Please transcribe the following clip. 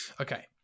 Okay